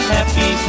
Happy